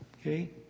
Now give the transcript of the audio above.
Okay